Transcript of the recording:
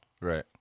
Right